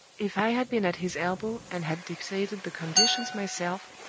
if i had been at his elbow, and had dictated the conditions myself,